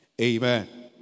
Amen